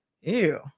Ew